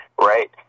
right